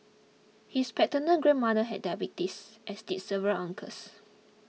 his paternal grandmother had diabetes as did several uncles